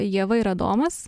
ieva ie adomas